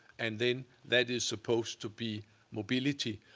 and then that is supposed to be mobility.